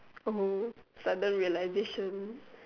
oh sudden realisation